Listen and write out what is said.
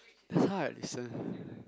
that's how I listen